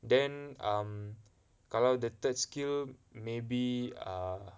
then um kalau the third skill maybe err